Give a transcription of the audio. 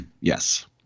Yes